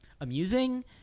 amusing